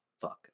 fuck